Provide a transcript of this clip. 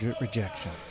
rejection